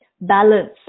balance